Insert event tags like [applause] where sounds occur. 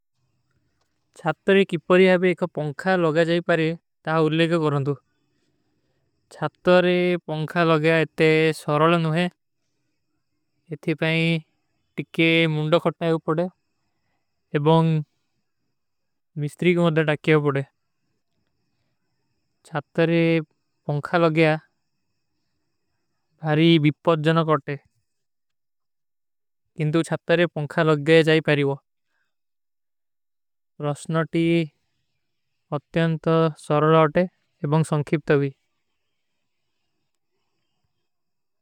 ଚଥତରେ କିପରିଯାବେ ଏକ ପଂଖା ଲଗଯ ଜାଈ ପାରେ, ତା ଉଲ୍ଲେ କୋ କରନ୍ଦୁ। ଚଥତରେ ପଂଖା ଲଗଯା ଇତନେ ସରଲ ନହୀଂ ହୈ। ଇତନେ ପାରେ ଟିକେ ମୁଂଡୋ କଟନା ଯୋ ପଡେ। ଏବଂଗ ମିସ୍ତ୍ରୀ କୋ ମେଂଦେ ଟକ୍ଯା ପଡେ। [hesitation] ଚଥତରେ ପଂଖା ଲଗଯା, [hesitation] ଭାରୀ ବିପ୍ପତ ଜନକ ଓଟେ। ଇନ୍ଦୁ ଚଥତରେ ପଂଖା ଲଗଯେ ଜାଈ ପାରିଵା। ରସନାଟୀ ଅତ୍ଯନ୍ତ ସରଲ ଓଟେ ଏବଂଗ ସଂଖିପ ତଵୀ।